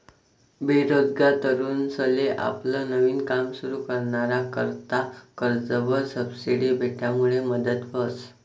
बेरोजगार तरुनसले आपलं नवीन काम सुरु कराना करता कर्जवर सबसिडी भेटामुडे मदत व्हस